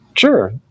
Sure